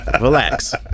Relax